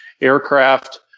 aircraft